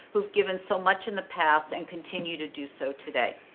who've given so much in the past and continue to do so today.